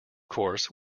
course